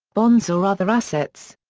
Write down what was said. bonds or other assets.